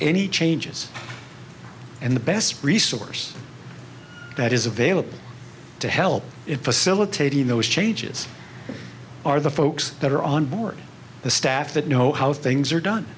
any changes and the best resource that is available to help it facilitating those changes are the folks that are on board the staff that know how things are done